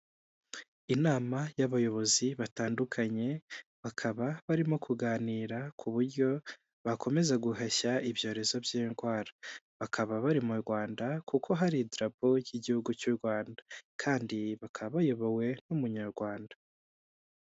Inama y'abayobozi batandukanye, bakaba barimo kuganira ku buryo bakomeza guhashya ibyorezo by'indwara. Bakaba bari mu Rwanda kuko hari idarapo ry'igihugu cy'u Rwanda, kandi bakaba bayobowe n'umunyarwanda.